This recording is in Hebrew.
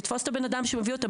לתפוס את הבן-אדם שמביא אותם?